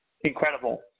incredible